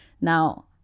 Now